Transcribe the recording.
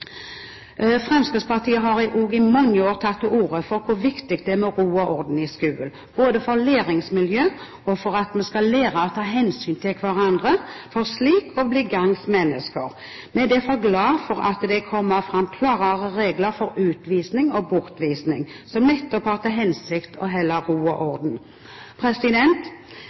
og unge.» Fremskrittspartiet har også i mange år tatt til orde for hvor viktig det er med ro og orden i skolen, både for læringsmiljøet og for at vi skal lære å ta hensyn til hverandre, for slik å bli gagns menneske. Vi er derfor glad for at det kommer fram klarere regler for utvisning og bortvisning, nettopp i den hensikt å holde ro og orden.